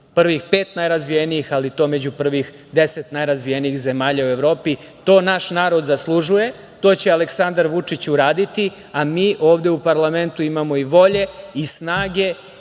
prvih pet najrazvijenijih, ali to među prvih 10 najrazvijenijih zemalja u Evropi. To naš narod zaslužuje. To će Aleksandar Vučić uraditi, a mi ovde u parlamentu imamo i volje i snage